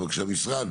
אבל כשהמשרד